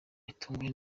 yatunguwe